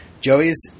Joey's